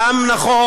גם נכון.